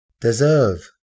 deserve